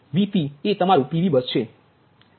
કારણ કે Vpએ તમારો PV બસ છે